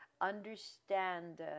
understand